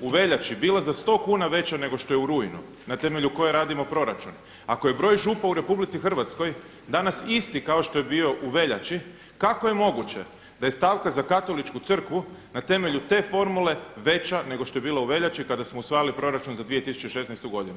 u veljači bila za 100 kuna veća nego što je u rujnu na temelju koje radimo proračun, ako je broj Župa u RH danas isti kao što je bio u veljači kako je moguće da je stavka za Katoličku crkvu na temelju te formule veća nego što je bila u veljači kada smo usvajali proračuna za 2016. godinu?